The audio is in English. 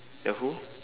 the who